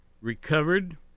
Recovered